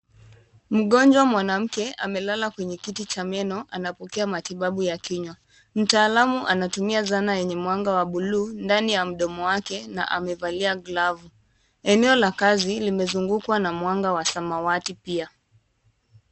Mgonjwa mwanamke amelala kwenye kiti cha meno anapokea matibabu ya kinywa. Mtaalamu anatumia zana lenye mwanga wa buluu ndani ya mdomo wake na maevalia glavu. Eneo la kazi limezungukwa na mwanga wa samawati pia.